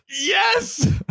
Yes